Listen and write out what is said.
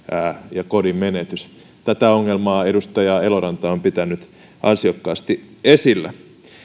ja kodin menetys tätä ongelmaa edustaja eloranta on pitänyt ansiokkaasti esillä